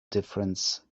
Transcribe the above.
difference